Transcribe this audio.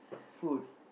food